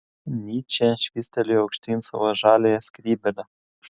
nyčė švystelėjo aukštyn savo žaliąją skrybėlę